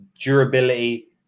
durability